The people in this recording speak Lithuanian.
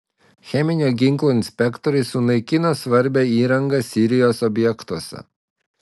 cheminio ginklo inspektoriai sunaikino svarbią įrangą sirijos objektuose